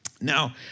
Now